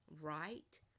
right